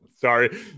Sorry